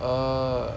err